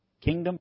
Kingdom